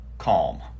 calm